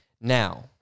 Now